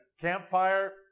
campfire